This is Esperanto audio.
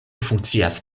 funkcias